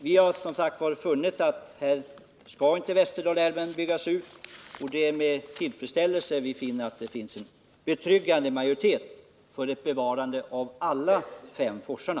Vi har som sagt funnit att Västerdalälven inte skall byggas ut, och det är med tillfredsställelse vi konstaterar att det finns en betryggande majoritet för ett bevarande av alla fem forsarna.